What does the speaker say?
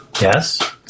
Yes